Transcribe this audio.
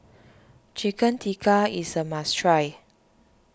Chicken Tikka is a must try